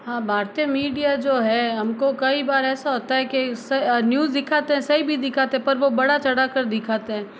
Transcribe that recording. हाँ भारतीय मीडिया जो है हमको कई बार ऐसा होता है कि न्यूज़ दिखाते हैं सही भी दिखाते हैं पर वो बढ़ा चढ़ा कर दिखाते हैं